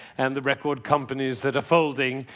and the record companies that are folding,